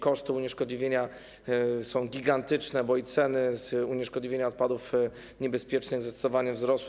Koszty unieszkodliwienia są gigantyczne, bo ceny unieszkodliwienia odpadów niebezpiecznych zdecydowanie wzrosły.